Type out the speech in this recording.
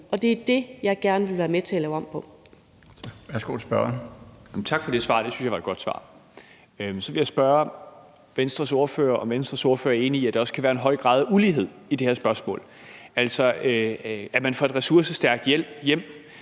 (Bjarne Laustsen): Tak. Værsgo. Kl. 18:49 Peter Kofod (DF): Tak for det svar. Det synes jeg var et godt svar. Så vil jeg spørge Venstres ordfører, om Venstres ordfører er enig i, at der også er en høj grad af ulighed i det her spørgsmål. Altså, er man fra et ressourcestærkt hjem,